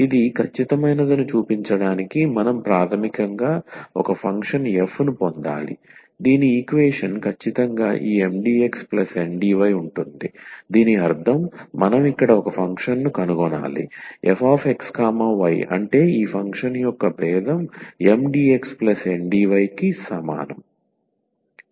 ఇది ఖచ్చితమైనదని చూపించడానికి మనం ప్రాథమికంగా ఒక ఫంక్షన్ f ను పొందాలి దీని ఈక్వేషన్ ఖచ్చితంగా ఈ 𝑀𝑑𝑥 𝑁𝑑𝑦 ఉంటుంది దీని అర్థం మనం ఇక్కడ ఒక ఫంక్షన్ను కనుగొనాలి fxy అంటే ఈ ఫంక్షన్ యొక్క భేదం MdxNdy కు సమానం